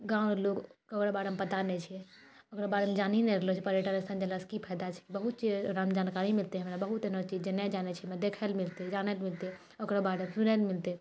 गाँव र लोक ओकरा बारेमे पता नै छै ओकरा बारेमे जानी नै रहलो छै पर्यटन स्थल जयलोसे की फायदा छै बहुत चीज ओकरामे जानकारी मिलतै हमरा बहुत तरहके चीज जे नै जानै छै देखै लेऽ मिलतै जानै लेऽ मिलतै ओकरो बारेमे सुनै लेऽ मिलतै